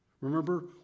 Remember